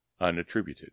unattributed